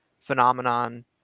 phenomenon